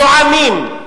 זועמים,